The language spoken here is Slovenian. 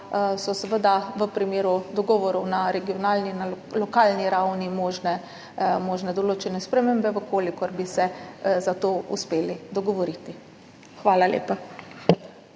so seveda v primeru dogovorov na regionalni in lokalni ravni možne določene spremembe, če bi se to uspeli dogovoriti. Hvala lepa.